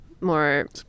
more